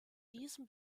diesem